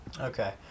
okay